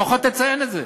לפחות תציין את זה.